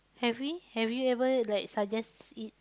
have we have you ever like suggests it